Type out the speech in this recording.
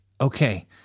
okay